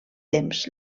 temps